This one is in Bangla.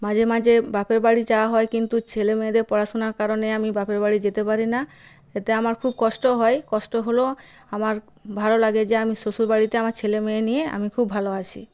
মাঝে মাঝে বাপের বাড়ি যাওয়া হয় কিন্তু ছেলেমেয়েদের পড়াশোনার কারণে আমি বাপের বাড়ি যেতে পারি না এতে আমার খুব কষ্ট হয় কষ্ট হলেও আমার ভালো লাগে যে আমি শ্বশুরবাড়িতে আমার ছেলে মেয়ে নিয়ে আমি খুব ভালো আছি